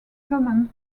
common